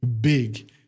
Big